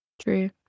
true